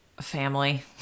family